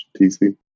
tc